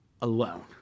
alone